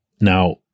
Now